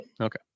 Okay